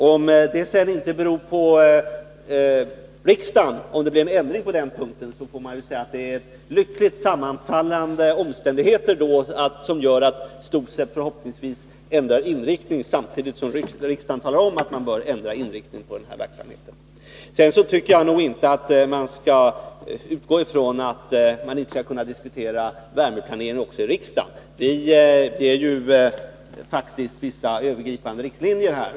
Om det sedan inte beror på riksdagen, om det blir en ändring på den punkten, så får man ju säga att det är lyckligt sammanfallande omständigheter som gör att STOSEB förhoppningsvis ändrar inriktning samtidigt som riksdagen talar om att man bör ändra inriktning på verksamheten. Sedan tycker jag nog inte att man skall utgå ifrån att vi inte skall kunna diskutera värmeplanering också i riksdagen. Vi ger faktiskt vissa övergripande riktlinjer här.